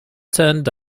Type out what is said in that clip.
turned